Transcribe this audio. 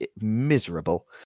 miserable